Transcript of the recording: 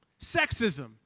sexism